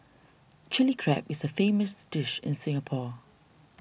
Chilli Crab is a famous dish in Singapore